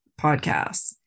podcasts